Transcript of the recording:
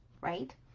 right